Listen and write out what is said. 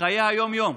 בחיי היום-יום.